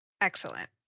excellent